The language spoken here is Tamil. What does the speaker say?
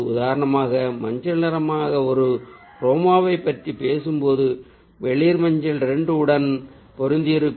உதாரணமாக மஞ்சள் நிறமான ஒரு குரோமாவைப் பற்றி பேசும்போது வெளிர் மஞ்சள் 2 உடன் பொருந்தியிருக்கும்